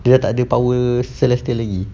dia dah tak ada power celestial lagi